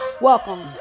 Welcome